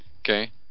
okay